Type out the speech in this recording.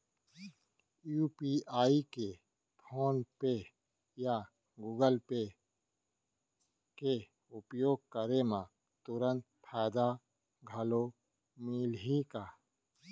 UPI के PhonePe या Google Pay के उपयोग करे म तुरंत फायदा घलो मिलही का?